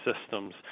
systems